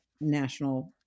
national